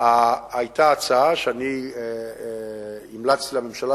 היתה הצעה שאני המלצתי לממשלה,